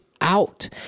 out